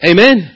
Amen